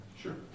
Sure